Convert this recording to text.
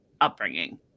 upbringing